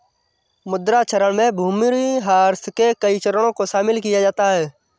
मृदा क्षरण में भूमिह्रास के कई चरणों को शामिल किया जाता है